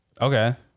okay